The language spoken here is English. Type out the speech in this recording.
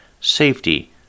safety